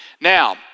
Now